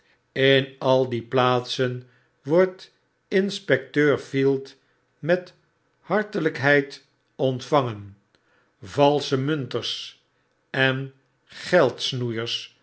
in al die plaatsen wordt inspecteur field met hartelykheid ontvangen valsche munters en